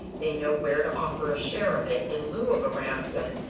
they know where to offer a share of it, in lieu of a ransom,